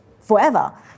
forever